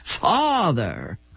father